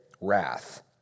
wrath